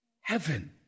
heaven